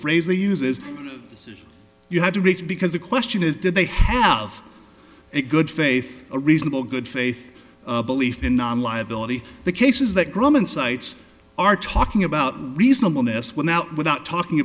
phrase they use is you have to reach because the question is did they have a good faith a reasonable good faith belief in non liability the cases that grumman cites are talking about reasonableness without without talking